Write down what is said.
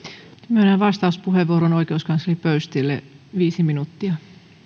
myönnän vastauspuheenvuoron oikeuskansleri pöystille viisi minuuttia